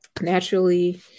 Naturally